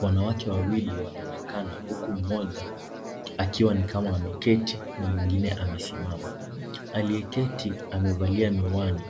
Wanawake wawili wanaonekana huku mmoja akiwa ni kama ameketi, na mwingine amesimama. Aliyeketi amevalia miwani,